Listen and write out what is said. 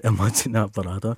emocinio aparato